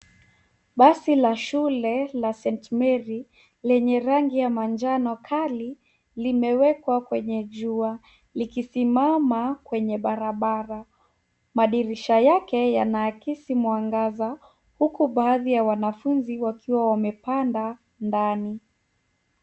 Basi la shule la St. Mary lenye rangi ya manjano kali limewekwa kwenye jua likisimama kwenye barabara. Madirisha yake yanaakisi mwangaza huku baadhi ya wanafunzi wakiwa wamepanda ndani.